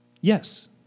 Yes